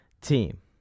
team